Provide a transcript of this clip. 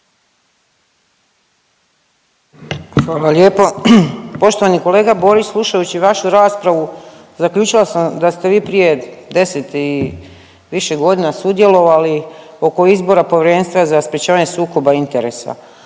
Hvala lijepo. Poštovani kolega Borić, slušajući vašu raspravu, zaključila sam da ste vi prije 10 i više godina sudjelovali oko izbora Povjerenstva za sprječavanje sukoba interesa.